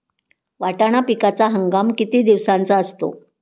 वाटाणा पिकाचा हंगाम किती दिवसांचा असतो?